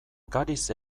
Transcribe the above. gariz